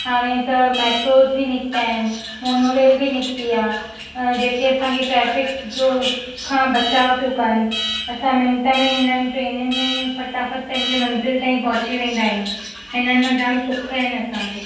हाणे त मेट्रोस बि निकिता आहिनि मॉनो रेल बि निकिती आहे जेके असांखे ट्राफ़िक जो खां बचाउ थियूं कनि असां मिन्ट में हिननि ट्रेनियुनि में फटाफटि पंहिंजे मंज़िल ताईं पहुची वेंदा आहियूं हिननि मां जामु सुख आहिनि असांखे